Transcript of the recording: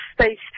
space